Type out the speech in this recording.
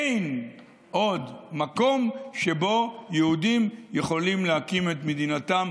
אין עוד מקום שבו יהודים יכולים להקים את מדינתם,